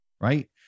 Right